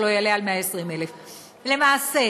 שלא יעלה על 120,000. למעשה,